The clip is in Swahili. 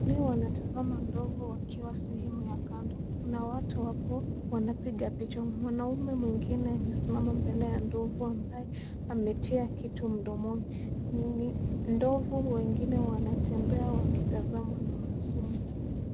Watalii wanatazama ndovu wakiwa sehemu ya kando. Kuna watu hapo wanapiga picha. Mwanamume mwingine amesimama mbele ya ndovu ambaye ametia kitu mdomoni. Ndovu wengine wanatembea wakitazamwa na wazungu.